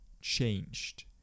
changed